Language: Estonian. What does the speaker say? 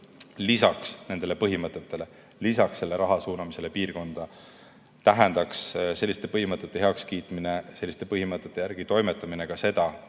lisaks nendele põhimõtetele, lisaks raha suunamisele piirkonda, tähendaks selliste põhimõtete heakskiitmine ja nende järgi toimetamine ka seda,